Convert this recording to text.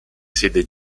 sede